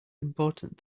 important